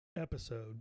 episode